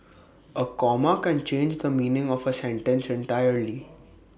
A comma can change the meaning of A sentence entirely